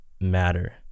matter